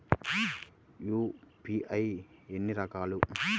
UPI ఎన్ని రకాలు?